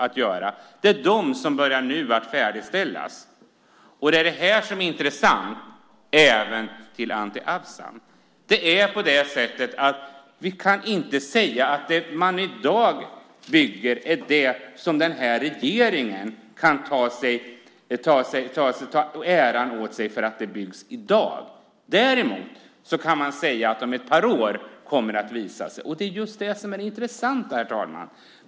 Det är de hus som nu börjar färdigställas. Det intressanta är, Anti Avsan, att vi inte kan säga att det som i dag byggs är sådant som denna regering kan ta åt sig äran av. Däremot kan man säga att det kommer att visa sig om ett par år. Det är just det som är det intressanta.